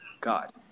God